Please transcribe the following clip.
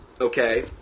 okay